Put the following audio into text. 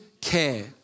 care